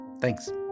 Thanks